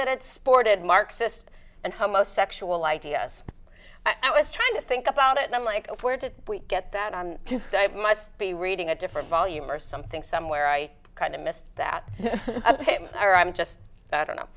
it sported marxist and homosexual ideas i was trying to think about it and i'm like where did we get that i must be reading a different volume or something somewhere i kind of missed that or i'm just i don't know